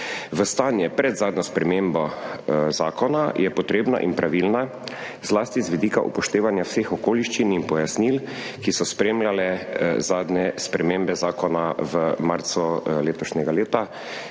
stanje pred zadnjo spremembo zakona je potrebna in pravilna, zlasti z vidika upoštevanja vseh okoliščin in pojasnil, ki so spremljale zadnje spremembe zakona v marcu letošnjega leta,